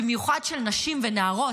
במיוחד של נשים ונערות,